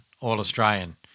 All-Australian